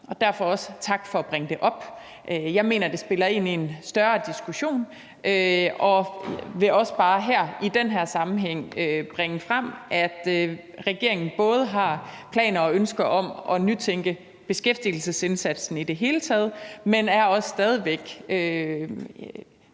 og derfor også tak for at bringe det op. Jeg mener, at det spiller ind i en større diskussion, og jeg vil også bare her i den her sammenhæng bringe frem, at regeringen både har planer og ønsker om at nytænke beskæftigelsesindsatsen i det hele taget, men at vi også stadig væk